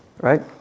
Right